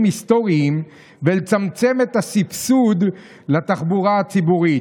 היסטוריים ולצמצם את הסבסוד לתחבורה הציבורית: